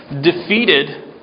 defeated